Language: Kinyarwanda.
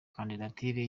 kandidatire